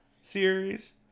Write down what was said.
series